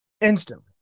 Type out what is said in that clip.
Instantly